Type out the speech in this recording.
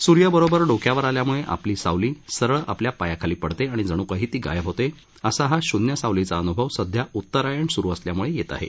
सूर्य बरोबर डोक्यावर आल्यामुळे आपली सावली सरळ आपल्या पायाखाली पडते आणि जण् काही ती गायब होते असा हा शून्य सावलीचा अनुभव सध्या उत्तरायण सुरु असल्यामुळे येत आहे